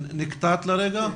כן, נקטעת לרגע.